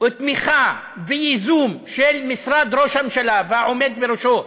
תמיכה וייזום של משרד ראש הממשלה והעומד בראשו,